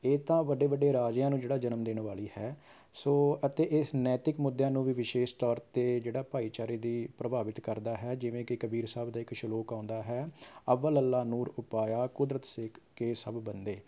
ਇਹ ਤਾਂ ਵੱਡੇ ਵੱਡੇ ਰਾਜਿਆਂ ਨੂੰ ਜਿਹੜਾ ਜਨਮ ਦੇਣ ਵਾਲੀ ਹੈ ਸੋ ਅਤੇ ਇਸ ਨੈਤਿਕ ਮੁੱਦਿਆਂ ਨੂੰ ਵੀ ਵਿਸ਼ੇਸ਼ ਤੌਰ 'ਤੇ ਜਿਹੜਾ ਭਾਈਚਾਰੇ ਦੀ ਪ੍ਰਭਾਵਿਤ ਕਰਦਾ ਹੈ ਜਿਵੇਂ ਕਿ ਕਬੀਰ ਸਾਹਿਬ ਦਾ ਇੱਕ ਸਲੋਕ ਆਉਂਦਾ ਹੈ ਅਵਲਿ ਅਲਹ ਨੂਰੁ ਉਪਾਇਆ ਕੁਦਰਤਿ ਕੇ ਸਭ ਬੰਦੇ